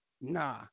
Nah